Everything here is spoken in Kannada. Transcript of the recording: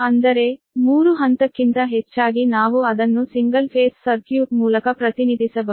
ಅಂದರೆ 3 ಹಂತಕ್ಕಿಂತ ಹೆಚ್ಚಾಗಿ ನಾವು ಅದನ್ನು ಸಿಂಗಲ್ ಫೇಸ್ ಸರ್ಕ್ಯೂಟ್ ಮೂಲಕ ಪ್ರತಿನಿಧಿಸಬಹುದು